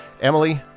Emily